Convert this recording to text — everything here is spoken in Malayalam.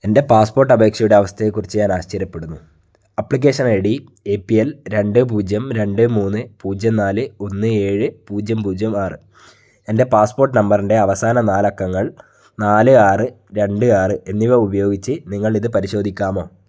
എന്റെ പാസ്പോട്ടപേക്ഷയുടെ അവസ്ഥയെക്കുറിച്ച് ഞാൻ ആശ്ചര്യപ്പെടുന്നു application I D A P L രണ്ട് പൂജ്യം രണ്ട് മൂന്ന് പൂജ്യം നാല് ഒന്ന് ഏഴ് പൂജ്യം പൂജ്യം ആണ് എന്റെ പാസ്പോർട്ട് നമ്പറിന്റെ അവസാന നാലക്കങ്ങൾ നാല് ആറ് രണ്ട് ആറ് എന്നിവ ഉപയോഗിച്ച് നിങ്ങളിത് പരിശോധിക്കാമോ